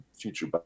future